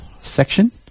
section